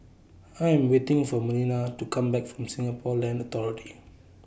I Am waiting For Melina to Come Back from Singapore Land Authority